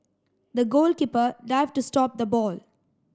the goalkeeper dived to stop the ball